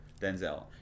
Denzel